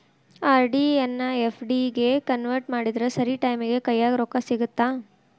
RD ಎನ್ನಾ FD ಗೆ convert ಮಾಡಿದ್ರ ಸರಿ ಟೈಮಿಗಿ ಕೈಯ್ಯಾಗ ರೊಕ್ಕಾ ಸಿಗತ್ತಾ